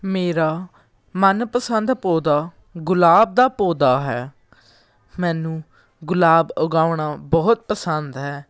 ਮੇਰਾ ਮਨਪਸੰਦ ਪੌਦਾ ਗੁਲਾਬ ਦਾ ਪੌਦਾ ਹੈ ਮੈਨੂੰ ਗੁਲਾਬ ਉਗਾਉਣਾ ਬਹੁਤ ਪਸੰਦ ਹੈ